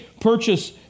purchase